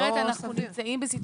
אחרת אנחנו נמצאים בסיטואציה,